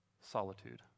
solitude